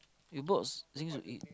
you boxing of it